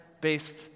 based